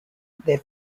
their